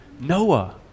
Noah